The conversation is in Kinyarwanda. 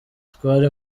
twari